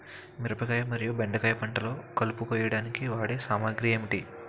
మిరపకాయ మరియు బెండకాయ పంటలో కలుపు కోయడానికి వాడే సామాగ్రి ఏమిటి?